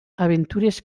aventures